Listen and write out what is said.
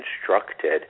constructed